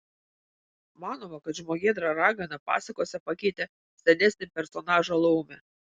manoma kad žmogėdra ragana pasakose pakeitė senesnį personažą laumę